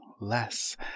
less